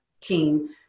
team